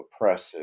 oppressive